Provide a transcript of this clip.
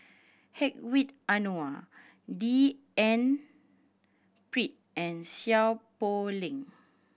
Hedwig Anuar D N Pritt and Seow Poh Leng